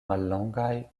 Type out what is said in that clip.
mallongaj